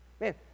man